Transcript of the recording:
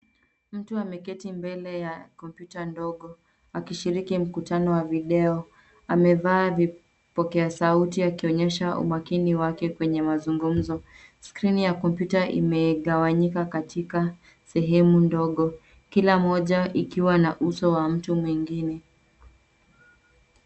Mtu ameketi mbele ya kompyuta ndogo akishiriki mkutano wa video. Amevaa vipokea sauti akionyesha umakini wake kwenye mazugumzo. Skrini ya imegawanyika katika sehemu ndogo kila moja ikiwa na uso wa mtu mwingine.